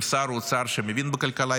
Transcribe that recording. עם שר אוצר שמבין בכלכלה,